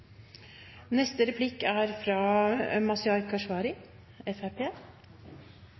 Neste replikk er fra